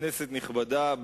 כנסת נכבדה,